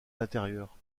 l’intérieur